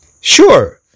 Sure